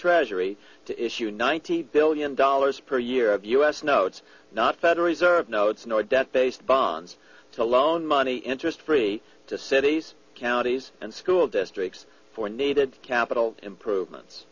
treasury to issue ninety billion dollars per year of u s notes not federal reserve notes nor debt based bonds to loan money interest free to cities counties and school districts for needed capital improvements